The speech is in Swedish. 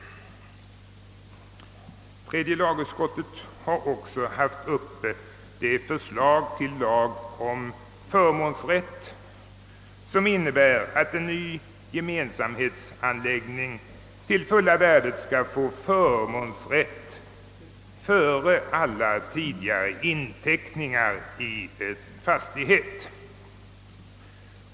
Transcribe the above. Tredje lagutskottet har också haft att behandla ett förslag till lag om förmånsrätt, som innebär att fordringar i samband med en ny gemensamhetsanläggning skall få förmånsrätt till fulla värdet före alla tidigare inteckningar i fastigheten.